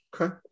Okay